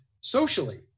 socially